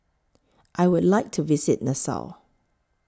I Would like to visit Nassau